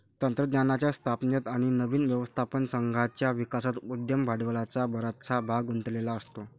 तंत्रज्ञानाच्या स्थापनेत आणि नवीन व्यवस्थापन संघाच्या विकासात उद्यम भांडवलाचा बराचसा भाग गुंतलेला असतो